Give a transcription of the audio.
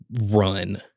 run